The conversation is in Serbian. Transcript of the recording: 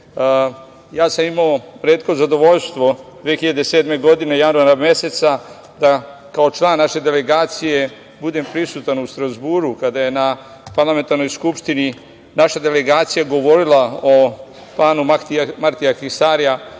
Ja sam imao retko zadovoljstvo, 2007. godine januara meseca, da kao član naše delegacije budem prisutan u Strazburu kada je na parlamentarnoj Skupštini naša delegacija govorila o planu Martija Ahtisarija